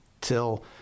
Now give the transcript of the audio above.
till